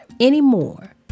anymore